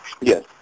Yes